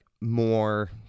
more